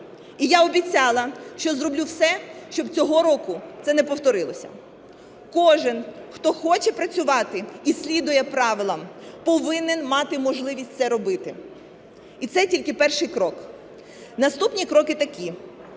І я обіцяла, що зроблю все, щоб цього року це не повторилося. Кожен, хто хоче працювати і слідує правилам, повинен мати можливість це робити. І це тільки перший крок. Наступні кроки такі.